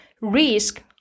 risk